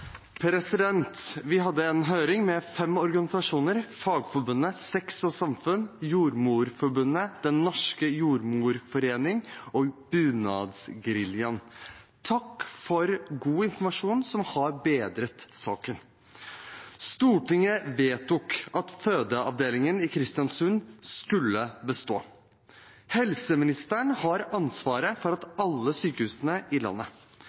minutter. Vi hadde en høring med fem organisasjoner: Fagforbundet, Sex og samfunn, Jordmorforbundet, Den norske jordmorforening og Bunadsgeriljaen – takk for god informasjon som har bedret saken. Stortinget vedtok at fødeavdelingen i Kristiansund skulle bestå. Helseministeren har ansvaret for alle sykehusene i landet.